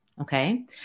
okay